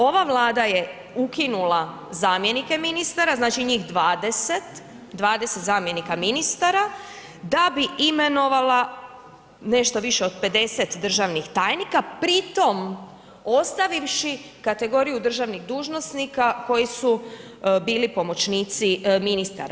Ova Vlada je ukinula zamjenike ministara, znači njih 20, 20 zamjenika ministara da bi imenovala nešto više od 50 državnih tajnika pri tom ostavivši kategoriju državnih dužnosnika koji bili pomoćnici ministara.